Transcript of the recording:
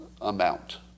amount